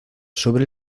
sobre